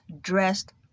dressed